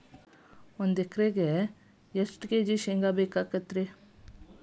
ಒಂದು ಎಕರೆಗೆ ಎಷ್ಟು ಕಿಲೋಗ್ರಾಂ ಶೇಂಗಾ ಬೇಕಾಗತೈತ್ರಿ?